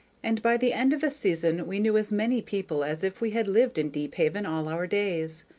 and by the end of the season we knew as many people as if we had lived in deephaven all our days.